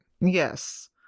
Yes